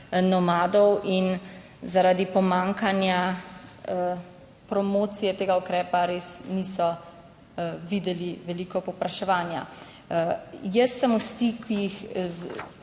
in zaradi pomanjkanja promocije tega ukrepa res niso videli veliko povpraševanja. Jaz sem v stikih z